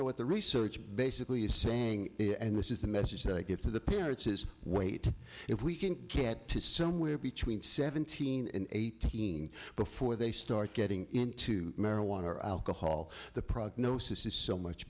know what the research basically is saying and this is the message that i give to the parents is wait if we can get to somewhere between seventeen and eighteen before they start getting into marijuana or alcohol the prognosis is so much